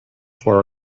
four